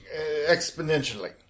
exponentially